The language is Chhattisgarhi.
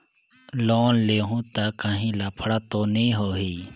लोन लेहूं ता काहीं लफड़ा तो नी होहि?